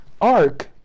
ark